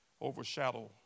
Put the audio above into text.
overshadow